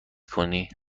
کنی